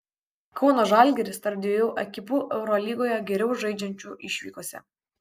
kauno žalgiris tarp dviejų ekipų eurolygoje geriau žaidžiančių išvykose